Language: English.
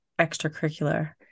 extracurricular